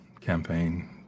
campaign